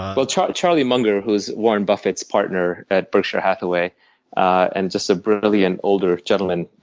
but charlie charlie munger, who is warren buffet's partner at berkshire hathaway and just a brilliant older gentleman,